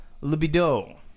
libido